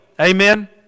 Amen